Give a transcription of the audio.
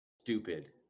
stupid